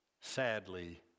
sadly